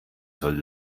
soll